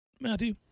Matthew